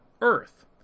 earth